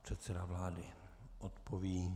Pan předseda vlády odpoví.